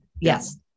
Yes